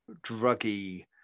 druggy